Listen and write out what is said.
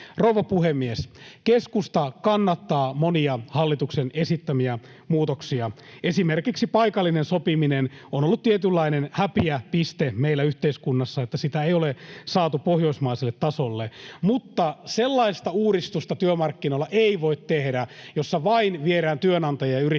Rouva puhemies! Keskusta kannattaa monia hallituksen esittämiä muutoksia. Esimerkiksi paikallinen sopiminen on ollut tietynlainen häpeäpiste meillä yhteiskunnassa, että sitä ei ole saatu pohjoismaiselle tasolle, mutta sellaista uudistusta työmarkkinoilla ei voi tehdä, jossa vain viedään työnantajien ja yrittäjien